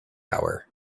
hour